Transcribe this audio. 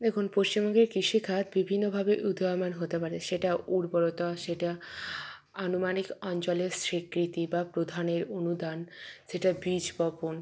দেখুন পশ্চিমবঙ্গের কৃষিখাত বিভিন্নভাবে উদয়মান হতে পারে সেটা উর্বরতা সেটা আনুমানিক অঞ্চলের স্বীকৃতি বা প্রধানের অনুদান সেটা বীজ বপন